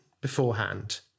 beforehand